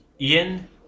Ian